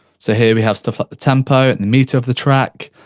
so, here we have stuff like the tempo, the metre of the track,